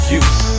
use